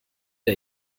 der